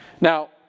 Now